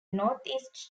northeast